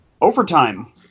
Overtime